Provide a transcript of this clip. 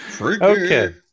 okay